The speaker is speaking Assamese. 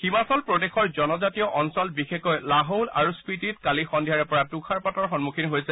হিমাচল প্ৰদেশৰ জনজাতীয় অঞ্চল বিশেষকৈ লাহৌল আৰু স্পীটিত কালি সদ্ধিয়াৰে পৰা তৃষাৰপাত সন্মুখীন হৈছে